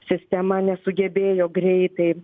sistema nesugebėjo greitai